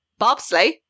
bobsleigh